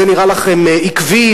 זה נראה לכם עקבי?